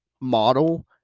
model